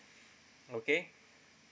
okay